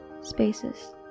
Spaces